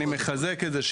אני מחזק את זה,